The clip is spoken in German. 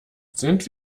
sind